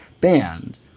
banned